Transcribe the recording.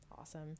Awesome